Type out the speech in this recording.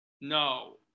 No